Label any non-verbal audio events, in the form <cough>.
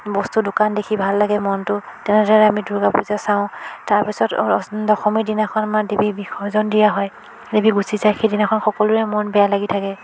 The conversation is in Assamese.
বস্তু দোকান দেখি ভাল লাগে মনটো তেনেদৰে আমি দুৰ্গা পূজা চাওঁ তাৰ পিছত <unintelligible> দশমীৰ দিনাখন আমাৰ দেৱীৰ বিসৰ্জন দিয়া হয় দেৱী গুচি যায় সেইদিনাখন সকলোৰে মন বেয়া লাগি থাকে